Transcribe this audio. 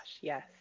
yes